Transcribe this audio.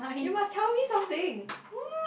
you must tell me something